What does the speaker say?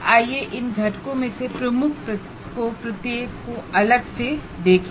आइए इन कंपोनेंट में से प्रत्येक को अलग से देखें